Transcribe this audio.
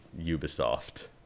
Ubisoft